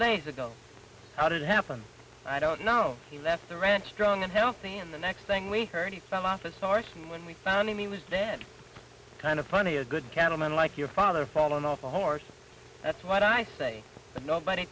days ago how did it happen i don't know he left the ranch strong and healthy and the next thing we heard he fell off a source and when we found he was dead kind of funny a good cattleman like your father falling off a horse that's what i say but nobody